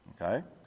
Okay